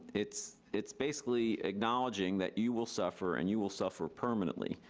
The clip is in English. it's it's basically acknowledging that you will suffer, and you will suffer permanently,